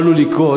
מה עלול לקרות